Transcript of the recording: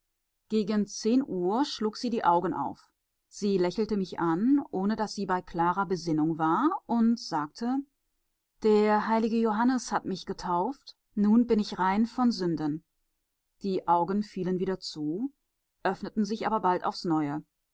gegen zehn uhr schlug sie die augen auf sie lächelte mich an ohne daß sie bei klarer besinnung war und sagte der heilige johannes hat mich getauft nun bin ich rein von sünden die augen fielen wieder zu öffneten sich aber bald aufs neue